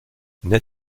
ned